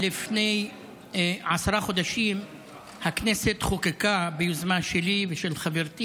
לפני עשרה חודשים הכנסת חוקקה ביוזמה שלי ושל חברתי